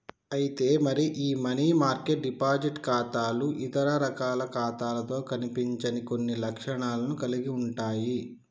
అయితే మరి ఈ మనీ మార్కెట్ డిపాజిట్ ఖాతాలు ఇతర రకాల ఖాతాలతో కనిపించని కొన్ని లక్షణాలను కలిగి ఉంటాయి